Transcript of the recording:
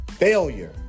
Failure